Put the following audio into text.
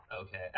Okay